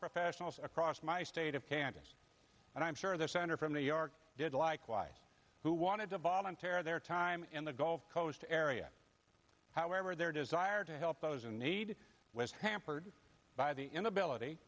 professionals across my state of kansas and i'm sure their center from new york did likewise who wanted to volunteer their time in the gulf coast area however their desire to help those in need was hampered by the inability